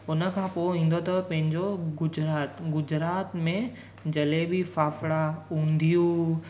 उन खां पोइ ईंदो अथव पंहिंजो गुजरात गुजरात में जलेबी फाफड़ा उंधियूं